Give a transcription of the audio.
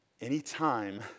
Anytime